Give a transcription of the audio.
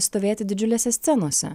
stovėti didžiulėse scenose